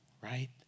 right